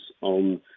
on